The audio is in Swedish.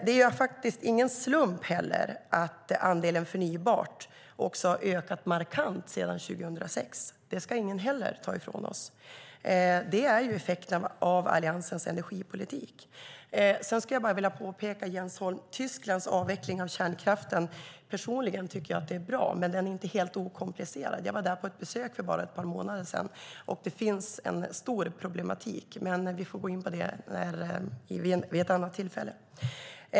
Det är ingen slump att andelen förnybart ökat markant sedan 2006. Det ska ingen heller ta ifrån oss. Det är effekten av Alliansens energipolitik. Sedan skulle jag bara vilja påpeka, Jens Holm, att jag personligen tycker att Tysklands avveckling av kärnkraften är bra, men den är inte helt okomplicerad. Jag var där på besök för ett par månader sedan, och det finns stora problem. Det får vi dock ta upp vid ett annat tillfälle.